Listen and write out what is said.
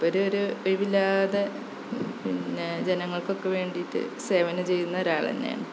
മൂപ്പരൊരു ഒഴിവില്ലാതെ പിന്നെ ജനങ്ങള്ക്കൊക്കെ വേണ്ടിയിട്ട് സേവനം ചെയ്യുന്ന ഒരാൾ തന്നെയാണ്